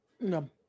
No